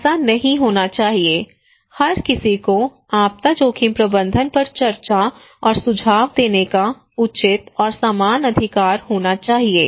ऐसा नहीं होना चाहिए हर किसी को आपदा जोखिम प्रबंधन पर चर्चा और सुझाव देने का उचित और समान अधिकार होना चाहिए